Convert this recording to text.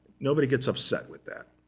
nobody gets upset with that.